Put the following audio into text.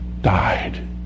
died